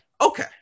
Okay